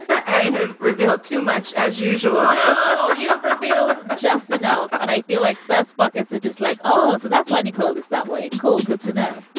i have revealed too much as usual, you have revealed just enough. and i feel like best buckets are just like, oh, so that's where nicole is that way. cool. good to know